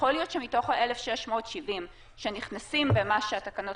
יכול להיות שמתוך ה-1,670 שנכנסים איפה שהתקנות